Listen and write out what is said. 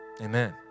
Amen